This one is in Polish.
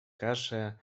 kaszę